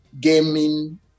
gaming